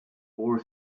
four